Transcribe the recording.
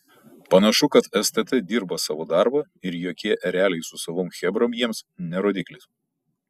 panašu kad stt dirba savo darbą ir jokie ereliai su savom chebrom jiems ne rodiklis